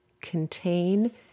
contain